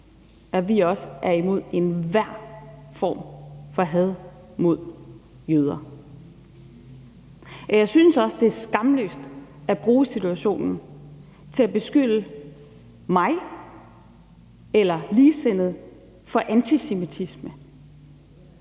at vi også er imod enhver form for had mod jøder. Og jeg synes også, det er skamløst at bruge situationen til at beskylde mig eller ligesindede for antisemitisme